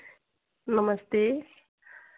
नमस्ते